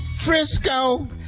Frisco